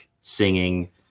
singing